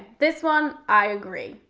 this one i agree.